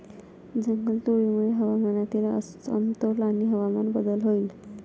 जंगलतोडीमुळे हवामानातील असमतोल आणि हवामान बदल होईल